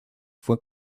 fue